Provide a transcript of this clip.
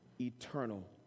eternal